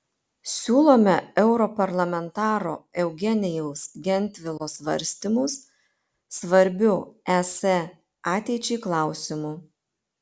siūlome europarlamentaro eugenijaus gentvilo svarstymus svarbiu es ateičiai klausimu